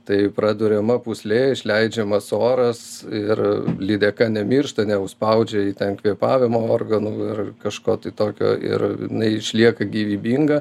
tai praduriama pūslė išleidžiamas oras ir lydeka nemiršta neužspaudžia jai ten kvėpavimo organų ir kažko tai tokio ir jinai išlieka gyvybinga